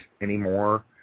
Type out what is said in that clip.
anymore